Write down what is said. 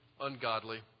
ungodly